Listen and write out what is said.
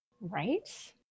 Right